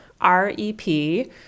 R-E-P